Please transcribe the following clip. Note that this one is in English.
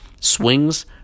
swings